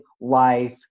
life